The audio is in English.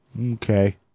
Okay